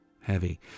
Heavy